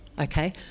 okay